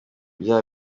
bya